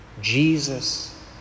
Jesus